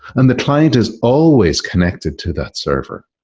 and the client is always connected to that server.